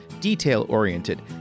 detail-oriented